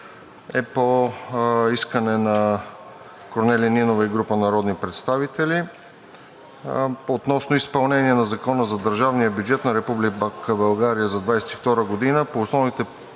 е по искане на Корнелия Нинова и група народни представители относно изпълнение на Закона за държавния бюджет на Република България за 2022 г. по основните